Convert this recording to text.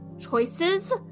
Choices